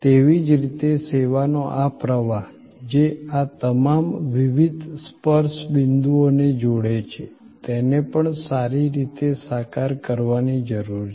તેવી જ રીતે સેવાનો આ પ્રવાહ જે આ તમામ વિવિધ સ્પર્શ બિંદુઓને જોડે છે તેને પણ સારી રીતે સાકાર કરવાની જરૂર છે